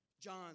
John